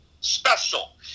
special